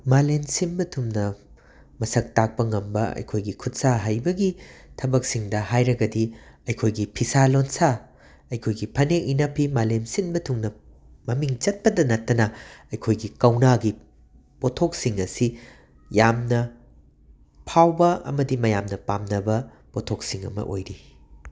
ꯃꯥꯂꯦꯝ ꯁꯤꯟꯕ ꯊꯨꯡꯅ ꯃꯁꯛ ꯇꯥꯛꯄ ꯉꯝꯕ ꯑꯩꯈꯣꯏꯒꯤ ꯈꯨꯠ ꯁꯥ ꯍꯩꯕꯒꯤ ꯊꯕꯛꯁꯤꯡꯗ ꯍꯥꯏꯔꯒꯗꯤ ꯑꯩꯈꯣꯏꯒꯤ ꯐꯤꯁꯥ ꯂꯣꯟꯁꯥ ꯑꯩꯈꯣꯏꯒꯤ ꯐꯅꯦꯛ ꯏꯟꯅꯐꯤ ꯃꯥꯂꯦꯝ ꯁꯤꯟꯕ ꯊꯨꯡꯅ ꯃꯃꯤꯡ ꯆꯠꯄꯗ ꯅꯠꯇꯅ ꯑꯩꯈꯣꯏꯒꯤ ꯀꯧꯅꯥꯒꯤ ꯄꯣꯠꯊꯣꯛꯁꯤꯡ ꯑꯁꯤ ꯌꯥꯝꯅ ꯐꯥꯎꯕ ꯑꯃꯗꯤ ꯃꯌꯥꯝꯅ ꯄꯥꯝꯅꯕ ꯄꯣꯠꯊꯣꯛꯁꯤꯡ ꯑꯃ ꯑꯣꯏꯔꯤ